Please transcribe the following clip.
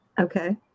Okay